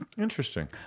Interesting